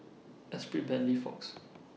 Esprit Bentley Fox